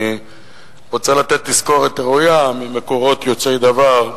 אני רוצה לתת תזכורת ראויה ממקורות יודעי דבר,